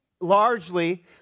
largely